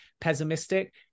pessimistic